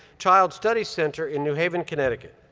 child studies center in new haven, connecticut.